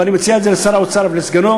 אבל אני מציע את זה לשר האוצר ולסגנו.